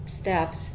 steps